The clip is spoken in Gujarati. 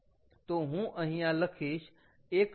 તો હું અહીંયા લખીશ 1